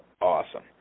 awesome